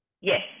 Yes